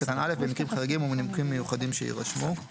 קטן (א) במקרים חריגים ומנימוקים מיוחדים שיירשמו;